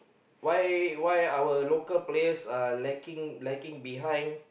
why why our local players are lagging lagging behind